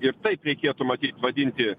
ir taip reikėtų matyt vadinti